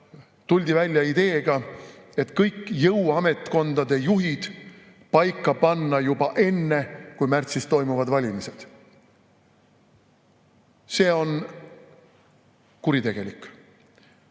tuldi välja ideega, et [võiks] kõik jõuametkondade juhid paika panna juba enne, kui märtsis toimuvad valimised. See on kuritegelik.